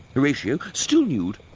horatio, still nude,